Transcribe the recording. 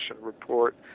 report